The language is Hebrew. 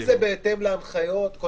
אם זה בהתאם להנחיות, הכול בסדר.